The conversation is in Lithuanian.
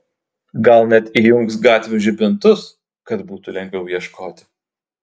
gal net įjungs gatvių žibintus kad būtų lengviau ieškoti